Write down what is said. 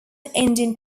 indian